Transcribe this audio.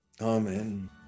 Amen